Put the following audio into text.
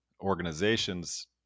organizations